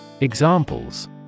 Examples